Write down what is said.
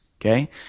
okay